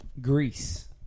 Greece